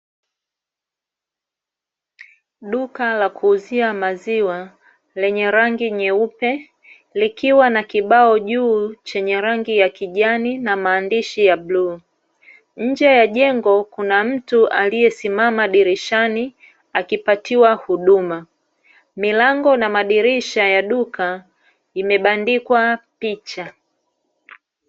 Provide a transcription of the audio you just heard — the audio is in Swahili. Duka la kuuzia maziwa lenye rangi nyeupe likiwa na kibao juu chenye rangi ya kijani na maandishi ya blue, nje ya jengo kuna mtu aliyesimama dirishani akipatiwa huduma. Milango na madirisha ya duka imebandikwa picha.